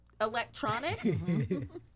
electronics